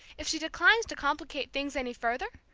if she declines to complicate things any further?